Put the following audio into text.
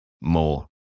more